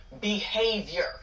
behavior